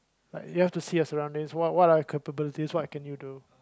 like you have to see your surrounding what what are your capabilities what can you do